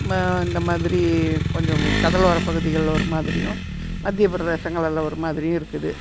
இந்தமாதிரி கொஞ்சம் கடலோரப்பகுதிகள்ல ஒரு மாதிரியும் மத்தியப்பிரதேசங்கள்ல ஒரு மாதிரியும் இருக்குது